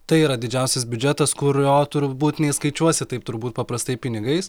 tai yra didžiausias biudžetas kurio turbūt neišskaičiuosi taip turbūt paprastai pinigais